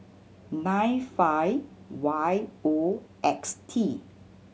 nine five Y O X T